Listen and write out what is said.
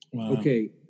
Okay